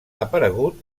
aparegut